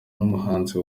n’umwunganizi